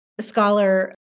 scholar